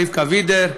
רבקה וידר,